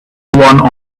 one